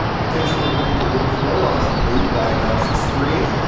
the things that we're going to look for on the boot diagnostic screen.